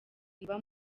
iba